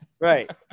Right